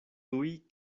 tuj